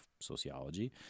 sociology